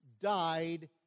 died